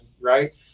right